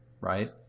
right